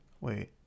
wait